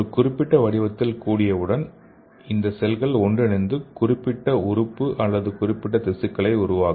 ஒரு குறிப்பிட்ட வடிவத்தில் கூடியவுடன் இந்த செல்கள் ஒன்றிணைந்து குறிப்பிட்ட உறுப்பு அல்லது குறிப்பிட்ட திசுக்களை உருவாக்கும்